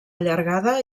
allargada